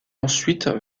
ensuite